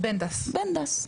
שלום,